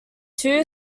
two